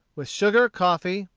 with sugar, coffee,